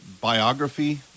biography